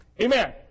Amen